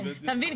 אתה מבין?